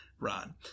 Ron